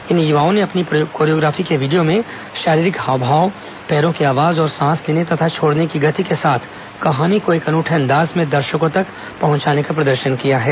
इन युवाओं ने अपनी कोरियाग्राफी के वीडियो में शारीरिक हाव भाव पैरों की आवाज और सांस लेने तथा छोड़ने की गति के साथ कहानी को एक अनुठे अंदाज में दर्शकों तक पहुंचाने का प्रदर्शन किया है